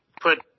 put